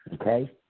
Okay